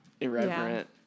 irreverent